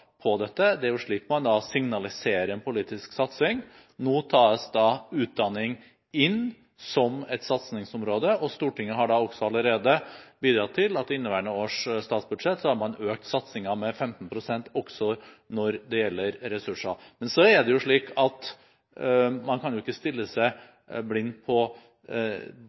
på dette. Det er jo slik man signaliserer en politisk satsning. Nå tas utdanning inn som et satsningsområde, og Stortinget har allerede bidratt til at i inneværende års statsbudsjett har man økt satsningen med 15 pst. – også når det gjelder ressurser. Men så er det slik at man kan jo ikke stirre seg blind på